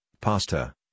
pasta